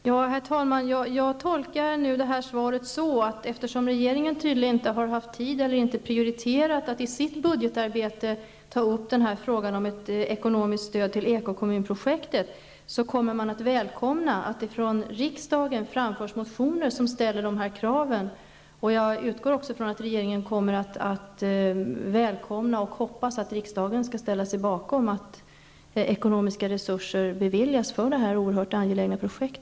Herr talman! Jag tolkar det som att regeringen, eftersom den tydligen inte har haft tid eller prioriterat frågan om ett ekonomiskt stöd till ekokommunprojektet i budgetarbetet, kommer att välkomna att det från riksdagen framförs motioner som ställer dessa krav. Jag utgår också från att regeringen hoppas att riksdagen skall ställa sig bakom ett beviljande av ekonomiska resurser för detta oerhört angelägna projekt.